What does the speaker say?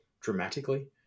dramatically